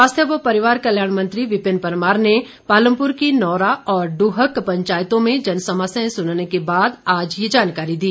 स्वास्थ्य व परिवार कल्याण मंत्री विपिन परमार ने पालमपुर की नौरा और डूहक पंचायतों में जनसमस्याएं सुनने के बाद आज ये जानकारी दी